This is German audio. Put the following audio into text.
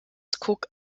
cook